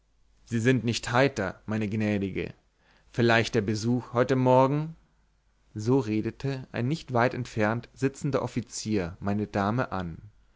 sie sind nicht heiter meine gnädige vielleicht der besuch heute morgen so redete ein nicht weit entfernt sitzender offizier meine dame an